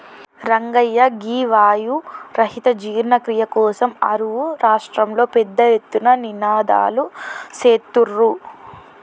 రంగయ్య గీ వాయు రహిత జీర్ణ క్రియ కోసం అరువు రాష్ట్రంలో పెద్ద ఎత్తున నినాదలు సేత్తుర్రు